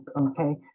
okay